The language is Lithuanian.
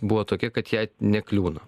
buvo tokia kad jai nekliūna